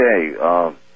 Okay